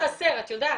הכלב.